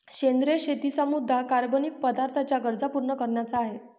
सेंद्रिय शेतीचा मुद्या कार्बनिक पदार्थांच्या गरजा पूर्ण न करण्याचा आहे